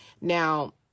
Now